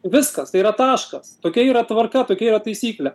viskas tai yra taškas tokia yra tvarka tokia yra taisyklė